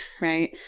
Right